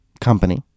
company